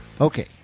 Okay